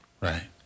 Right